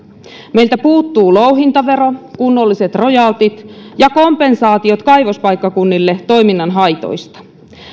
meiltä puuttuu louhintavero kunnolliset rojaltit ja kompensaatiot kaivospaikkakunnille toiminnan haitoista